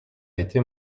été